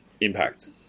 impact